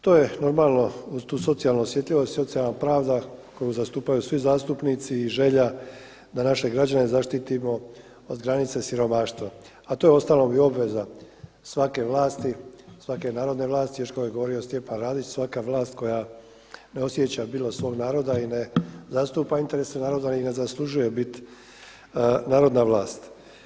To je normalno uz tu socijalnu osjetljivost i socijalna pravda koju zastupaju svi zastupnici i želja da naše građane zaštitimo od granica siromaštva a to je uostalom i obveza svake vlasti, svake narodne vlasti još kao što je govorio i Stjepan Radić, svaka vlast koja ne osjeća bilo svog naroda i ne zastupa interese naroda i ne zaslužuje biti narodna vlast.